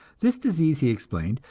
this disease, he explained,